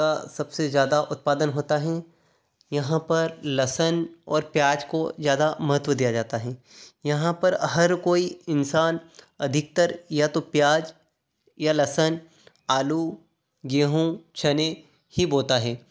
का सबसे ज़्यादा उत्पादन होता हैं यहाँ पर लहसुन और प्याज़ को ज्यादा महत्व दिया जाता है यहाँ पर हर कोई इंसान अधिकतर या तो प्याज़ या लहसन आलू गेहूँ चने ही बोता है